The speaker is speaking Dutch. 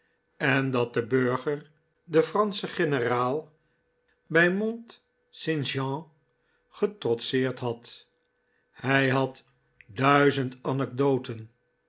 en dat de burger den franschen generaal bij mont st jean getrotseerd had hij had duizend anecdoten